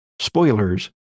Spoilers